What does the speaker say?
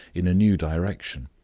in a new direction.